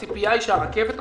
הציפייה היא שהרכבת תחזיק?